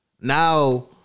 Now